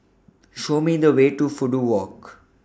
Show Me The Way to Fudu Walk